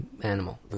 animal